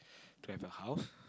to have a house